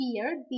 fear